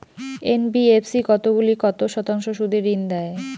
NBFC কতগুলি কত শতাংশ সুদে ঋন দেয়?